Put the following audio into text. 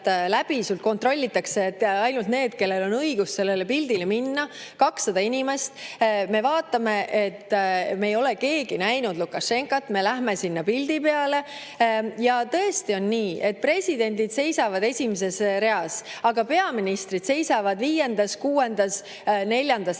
läbi pääsesid ainult need, kellel oli õigus sellele pildile minna. 200 inimest. Me vaatasime, et me ei ole keegi näinud Lukašenkat, ja me läksime sinna pildi peale. Tõesti, presidendid seisid esimeses reas, aga peaministrid seisid viiendas, kuuendas, neljandas